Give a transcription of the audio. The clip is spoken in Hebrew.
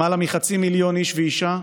למעלה מחצי מיליון איש ואישה,